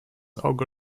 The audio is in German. auge